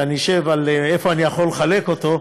ואני אשב על איפה אני יכול לחלק אותו,